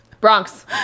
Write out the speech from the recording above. bronx